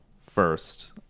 first